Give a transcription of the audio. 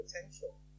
potential